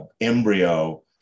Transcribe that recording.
embryo